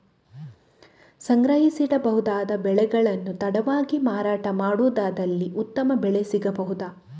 ಸಂಗ್ರಹಿಸಿಡಬಹುದಾದ ಬೆಳೆಗಳನ್ನು ತಡವಾಗಿ ಮಾರಾಟ ಮಾಡುವುದಾದಲ್ಲಿ ಉತ್ತಮ ಬೆಲೆ ಸಿಗಬಹುದಾ?